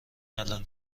الان